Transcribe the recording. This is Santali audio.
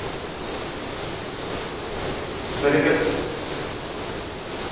ᱥᱟᱨᱤ ᱠᱟᱛᱷᱟ